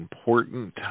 important